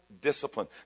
discipline